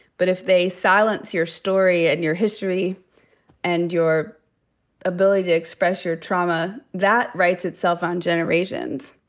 but if they silence your story and your history and your ability to express your trauma, that writes itself on generations.